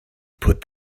put